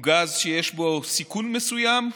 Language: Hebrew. הוא גז שיש בו סיכון מסוים.